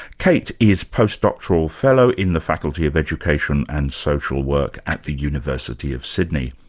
kate is post doctoral fellow in the faculty of education and social work at the university of sydney.